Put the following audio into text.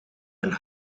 and